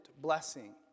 blessing